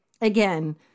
Again